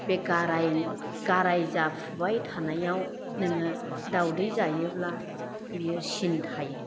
बे गाराय गाराय जाफुबाय थानायाव नोङो दावदै जायोब्ला बियो सिन थायो